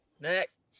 Next